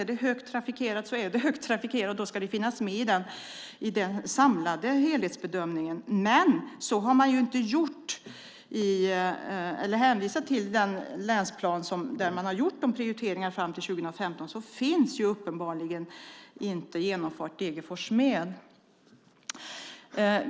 Är det hårt trafikerat så är det hårt trafikerat, och då ska det finnas med i den samlade helhetsbedömningen. Men i den länsplan där man gjort prioriteringarna fram till 2015 finns uppenbarligen inte genomfarten i Degerfors med.